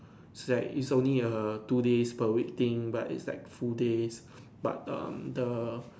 it's like it's only a two days per week thing but it's like full days but um the